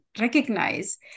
recognize